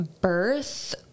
birth